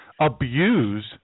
abuse